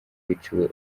biciwe